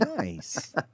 Nice